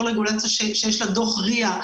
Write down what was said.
כל רגולציה שיש לה דוח רי"א.